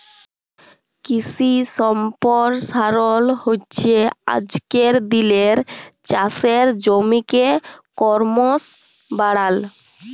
কিশি সম্পরসারল হচ্যে আজকের দিলের চাষের জমিকে করমশ বাড়াল